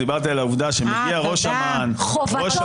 דיברתי על העובדה שמגיע ראש אמ"ן --- חובתו.